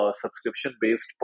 subscription-based